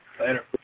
Later